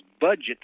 budget